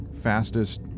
fastest